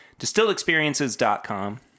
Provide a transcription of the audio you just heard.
distilledexperiences.com